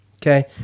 Okay